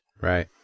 Right